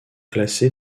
classé